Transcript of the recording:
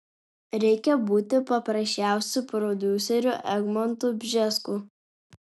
reikia būti paprasčiausiu prodiuseriu egmontu bžesku